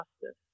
justice